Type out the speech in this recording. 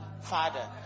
Father